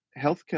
healthcare